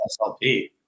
SLP